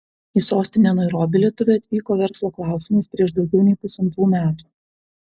į sostinę nairobį lietuvė atvyko verslo klausimais prieš daugiau nei pusantrų metų